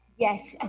yes,